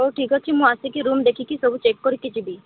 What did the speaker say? ହଉ ଠିକ ଅଛି ମୁଁ ଆସିକି ରୁମ୍ ଦେଖିକି ସବୁ ଚେକ୍ କରିକି ଯିବି